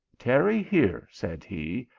tarry here, said he,